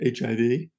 HIV